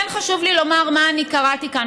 כן חשוב לי לומר מה אני קראתי כאן.